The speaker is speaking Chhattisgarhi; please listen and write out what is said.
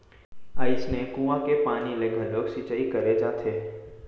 अइसने कुँआ के पानी ले घलोक सिंचई करे जाथे